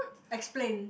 explain